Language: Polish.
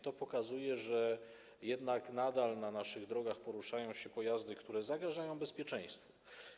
To pokazuje, że jednak nadal na naszych drogach poruszają się pojazdy, które zagrażają bezpieczeństwu.